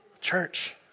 church